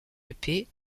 épée